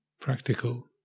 practical